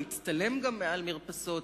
להצטלם גם על מרפסות,